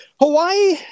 Hawaii